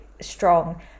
strong